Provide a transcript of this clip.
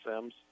Sims